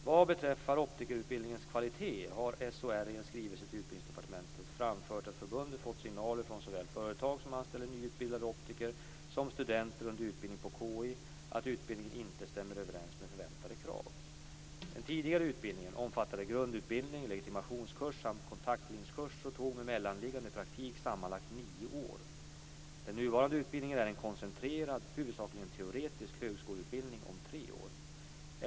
Vad beträffar optikerutbildningens kvalitet har SOR i en skrivelse till Utbildningsdepartementet framfört att förbundet fått signaler från såväl företag som anställer nyutbildade optiker som studenter under utbildning på KI att utbildningen inte stämmer överens med förväntade krav. Den tidigare utbildningen omfattade grundutbildning, legitimationskurs samt kontaktlinskurs och tog med mellanliggande praktik sammanlagt cirka nio år. Den nuvarande utbildningen är en koncentrerad huvudsakligen teoretisk högskoleutbildning om tre år.